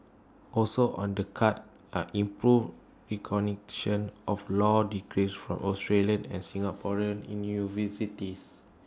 also on the cards are improved recognition of law degrees from Australian and Singaporean universities